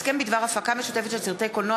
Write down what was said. הסכם בדבר הפקה משותפת של סרטי קולנוע